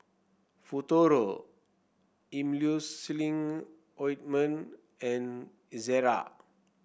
Futuro Emulsying Ointment and Ezerra